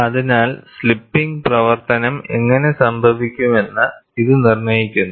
അതിനാൽ സ്ലിപ്പിംഗ് പ്രവർത്തനം എങ്ങനെ സംഭവിക്കുമെന്ന് ഇത് നിർണ്ണയിക്കുന്നു